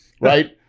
right